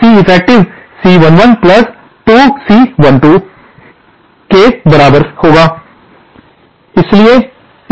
अब C effective C11 2C12 के बराबर होगा